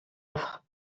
œuvres